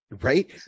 right